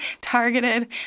Targeted